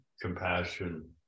compassion